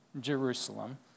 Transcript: Jerusalem